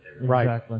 Right